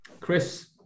Chris